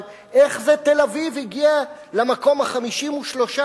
אבל איך זה תל-אביב הגיעה למקום ה-53?